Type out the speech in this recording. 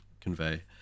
convey